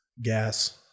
gas